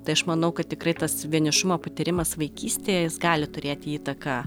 tai aš manau kad tikrai tas vienišumo patyrimas vaikystėje jis gali turėti įtaką